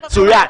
מצוין.